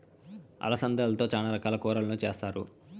అలసందలతో చానా రకాల కూరలను చేస్తారు